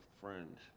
friends